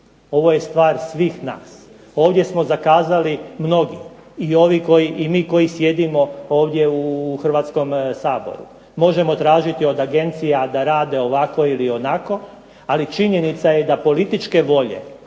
ovo je stvar svih nas. Ovdje smo zakazali mnogi. I mi koji sjedimo ovdje u Hrvatskom saboru. Možemo tražiti od agencija da rade ovako ili onako, ali činjenica je da političke volje